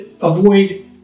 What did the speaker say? avoid